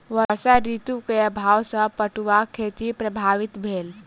वर्षा ऋतू के अभाव सॅ पटुआक खेती प्रभावित भेल